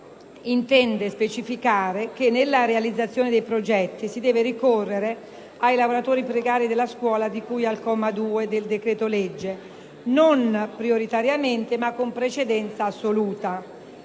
1.43 intende specificare che nella realizzazione dei progetti si deve ricorrere ai lavoratori precari della scuola di cui al comma 2 del decreto‑legge, non «prioritariamente» ma con «precedenza assoluta».